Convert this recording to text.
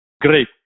great